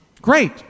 Great